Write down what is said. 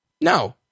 no